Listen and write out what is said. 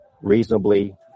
reasonably